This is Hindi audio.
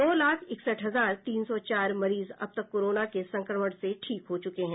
दो लाख इकसठ हजार तीन सौ चार मरीज अब तक कोरोना के संक्रमण से ठीक हो चुके हैं